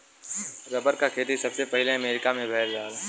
rubber क खेती सबसे पहिले अमरीका में भयल रहल